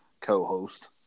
co-host